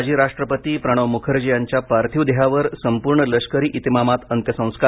माजी राष्ट्रपती प्रणव मुखर्जी यांच्या पार्थिव देहावर संपूर्ण लष्करी इतमामात अंत्यसंस्कार